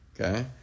Okay